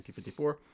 1954